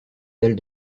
dalle